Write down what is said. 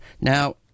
Now